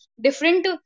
different